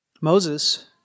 Moses